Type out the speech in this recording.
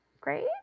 Great